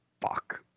fuck